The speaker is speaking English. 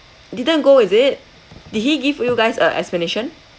didn't go is it did he give you guys a explanation